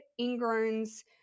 ingrowns